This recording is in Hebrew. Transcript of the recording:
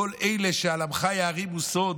כל אלה ש"על עמך יערימו סוד",